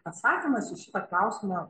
atsakymas į šitą klausimą